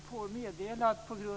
Fru talman!